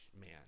man